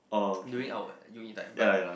during our uni time but